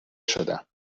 شدم